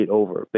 over